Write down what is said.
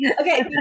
okay